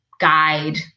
guide